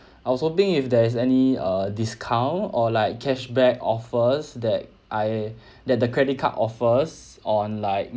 I was hoping if there is any uh discount or like cashback offers that I that the credit card offers on like